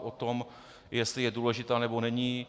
O tom, jestli je důležitá, nebo není.